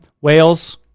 Wales